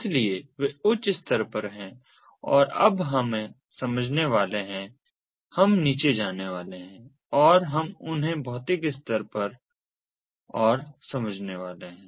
इसलिए वे उच्च स्तर पर हैं और अब हम समझने वाले हैं हम नीचे जाने वाले हैं और हम उन्हें भौतिक स्तर पर और समझने वाले हैं